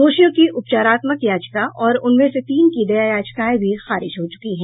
दोषियों की उपचारात्मक याचिका और उनमें से तीन की दया याचिकाएं भी खारिज हो चुकी हैं